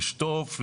לשטוף,